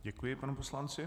Děkuji panu poslanci.